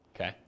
okay